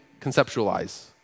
conceptualize